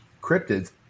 cryptids